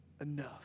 enough